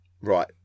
Right